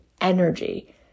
energy